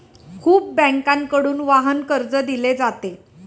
खूप बँकांकडून वाहन कर्ज दिले जाते